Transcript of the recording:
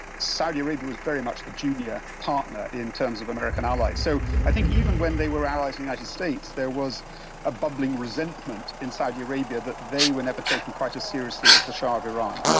saudi arabia was very much the junior partner in terms of american allies. so i think even when they were allies of the united states there was a bubbling resentment in saudi arabia that they were never taken quite as seriously as the shah of iran.